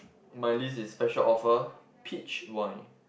my list is special offer peach wine